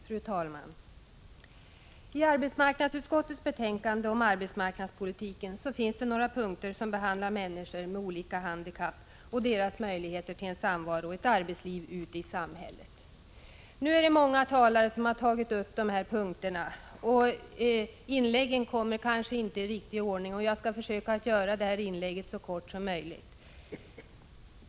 Fru talman! På några punkter i arbetsmarknadsutskottets betänkande om arbetsmarknadspolitiken behandlas frågor om människor med olika handikapp och deras möjligheter till en samvaro och ett arbetsliv ute i samhället. Många talare har tagit upp dessa punkter, och jag skall försöka göra mitt inlägg så kort som möjligt.